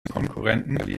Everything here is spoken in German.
konkurrenten